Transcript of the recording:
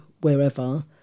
wherever